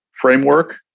framework